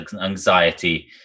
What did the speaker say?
anxiety